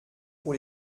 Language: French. pour